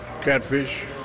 Catfish